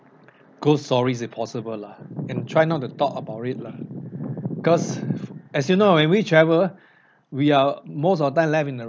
ghost stories if possible lah and try not to talk about it lah because as you know when we travel we are most of the time lie in a